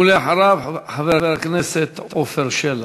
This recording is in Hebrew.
ואחריו, חבר הכנסת עפר שלח.